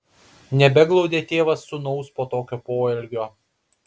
nebeglaudė tėvas sūnaus po tokio poelgio